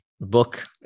book